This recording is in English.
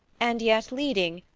and yet leading,